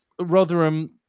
Rotherham